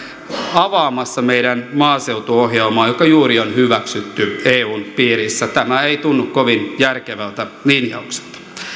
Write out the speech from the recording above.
avaamassa meidän maaseutuohjelmaa joka juuri on hyväksytty eun piirissä tämä ei tunnu kovin järkevältä linjaukselta